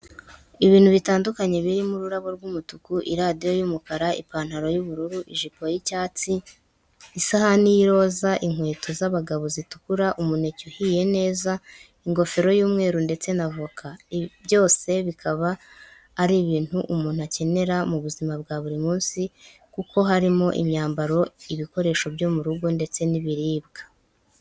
Ibintu bitandukanye birimo ururabo rw'umutuku, iradiyo y'umukara, ipantaro y'ubururu, ijipo y'icyatsi, isahani y'iroza, inkweto z'abagabo zitukura, umuneke uhiye neza, ingofero y'umweru ndetse n'avoka. byose bikaba ari ibintu umuntu akenera mu buzima bwa buri munsi kuko harimo imyambaro, ibikoresho byo mu rugo ndetse n'ibiribwa.